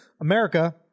America